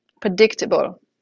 predictable